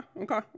okay